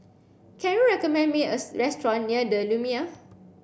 can you recommend me a restaurant near The Lumiere